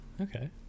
Okay